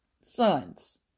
sons